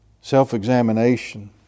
Self-examination